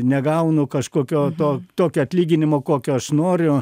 negaunu kažkokio to tokio atlyginimo kokio aš noriu